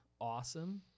awesome